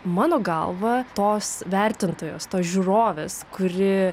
mano galva tos vertintojos tos žiūrovės kuri